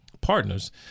partners